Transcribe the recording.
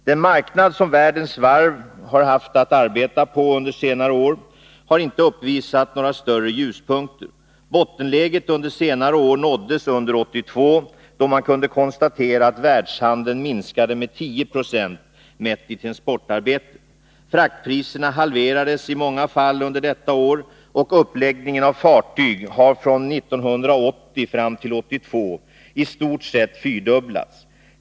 Den marknad som världens varv har haft att arbeta på under senare år har inte uppvisat några större ljuspunkter. Bottenläget under senare år nåddes under 1982, då man kunde konstatera att världshandeln minskade med 10 26 mätt i transportarbete. Fraktpriserna halverades i många fall under detta år, och uppläggningen av fartyg har från 1980 fram till 1982 i stort sett fyrdubblats.